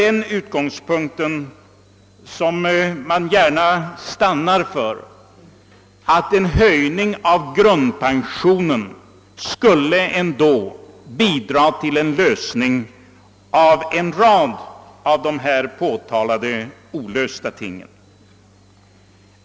En höjning av grundpensionen skulle ändå bidra till en lösning av en rad av dessa ting, och därför stannar man gärna inför ett sådant förslag.